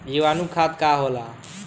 जीवाणु खाद का होला?